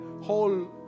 whole